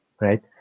right